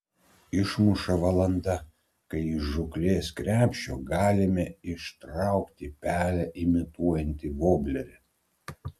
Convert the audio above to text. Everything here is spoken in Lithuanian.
išmuša valanda kai iš žūklės krepšio galime ištraukti pelę imituojantį voblerį